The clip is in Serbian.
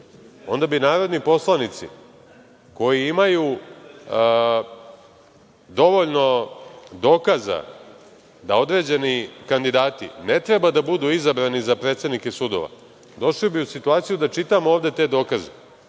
Onda bi narodni poslanici koji imaju dovoljno dokaza da određeni kandidati ne treba da budu izabrani za predsednike sudova. Došli bi u situaciju da čitamo ovde te dokaze.